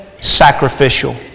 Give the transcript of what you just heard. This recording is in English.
sacrificial